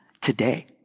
today